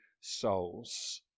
souls